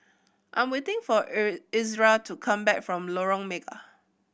I'm waiting for Ezra to come back from Lorong Mega